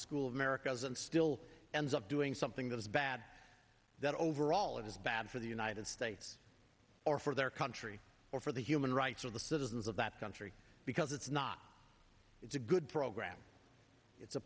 school of americas and still ends up doing something that is bad that overall it is bad for the united states or for their country or for the human rights of the citizens of that country because it's not it's a good program it's a